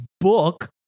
book